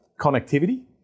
connectivity